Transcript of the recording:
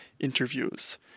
interviews